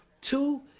Two